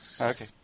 Okay